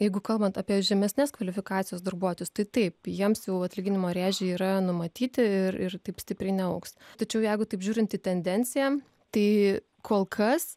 jeigu kalbant apie žemesnės kvalifikacijos darbuotojus tai taip jiems jų atlyginimo rėžiai yra numatyti ir ir taip stipriai neaugs tačiau jeigu taip žiūrint į tendenciją tai kol kas